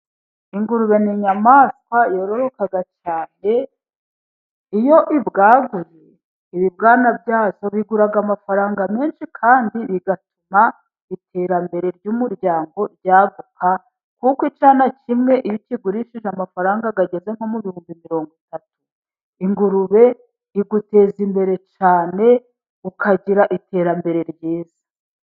ingurube ni inyamaswa yoroka cyane, iyo ibwaguye ibibwana byazo bigira amafaranga menshi, kandi bigatuma iterambere ry'umuryango ryaguka kuko icyana kimwe iyo ukigurishije amafaranga ageze nko mu ibihumbi mirongo itatu. Ingurube iguteza imbere cyane, ukagira iterambere ryiza.